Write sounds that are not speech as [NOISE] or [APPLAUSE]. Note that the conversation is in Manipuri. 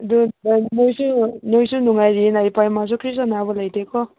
ꯑꯗꯨ [UNINTELLIGIBLE] ꯃꯣꯏꯁꯨ ꯅꯣꯏꯁꯨ ꯅꯨꯡꯉꯥꯏꯔꯤꯌꯦꯅ ꯏꯄꯥ ꯏꯃꯥꯁꯨ ꯀꯔꯤꯁꯨ ꯑꯅꯥꯕ ꯂꯩꯇꯦꯀꯣ